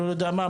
לא יודע מה,